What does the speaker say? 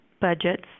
budgets